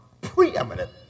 preeminent